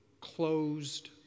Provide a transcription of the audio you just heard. closed